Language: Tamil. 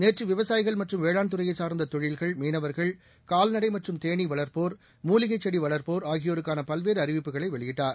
நேற்று விவசாயிகள் மற்றும் வேளாண் துறையை சார்ந்த தொழில்கள் மீனவர்கள் கால்நடை மற்றும் தேனீ வளர்ப்போர் மூலிகைச் செடி வளர்ப்போர்ஆகியோருக்கான பல்வேறு அறிவிப்புகளை வெளியிட்டார்